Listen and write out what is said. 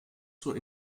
zur